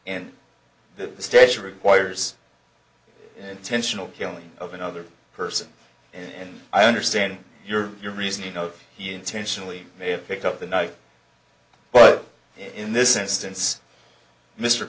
and the statue requires an intentional killing of another person and i understand your reasoning of he intentionally may have picked up the night but in this instance mr